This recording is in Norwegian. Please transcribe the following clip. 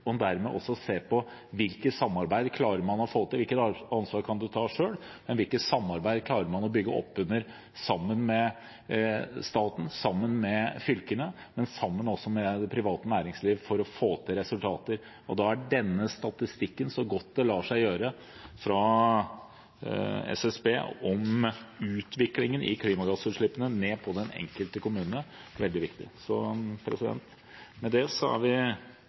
samarbeid man kan klare å få til: Hvilket ansvar kan man ta selv? Hvilket samarbeid klarer man å bygge opp sammen med staten, sammen med fylkene, men også sammen med det private næringsliv, for å få til resultater? Da er denne statistikken – så godt det lar seg gjøre – fra SSB om utviklingen i klimagassutslippene i den enkelte kommune veldig viktig. Med det er vi godt fornøyd med progresjonen i det